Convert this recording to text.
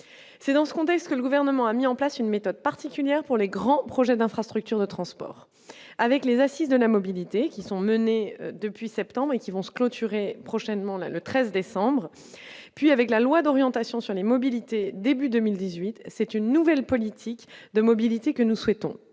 c'est dans ce contexte que le gouvernement a mis en place une méthode particulière pour les grands projets d'infrastructures de transport avec les Assises de la mobilité qui sont menées depuis septembre et qui vont se clôturer prochainement la le 13 décembre et puis avec la loi d'orientation sur les mobilités début 2018, c'est une nouvelle politique de mobilité que nous souhaitons